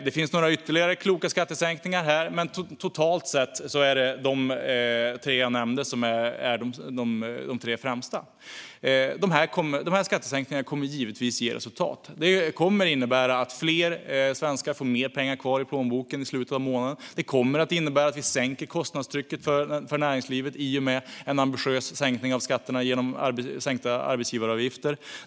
Det finns några ytterligare kloka skattesänkningar här, men totalt sett är de tre jag nämnde de främsta. De här skattesänkningarna kommer givetvis att ge resultat. De kommer att innebära att fler svenskar får mer pengar kvar i slutet av månaden och att vi sänker kostnadstrycket för näringslivet i och med en ambitiös sänkning av skatterna genom sänkta arbetsgivaravgifter.